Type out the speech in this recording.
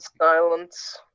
silence